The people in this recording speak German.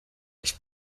ich